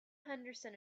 henderson